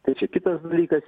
tai čia kitas dalykas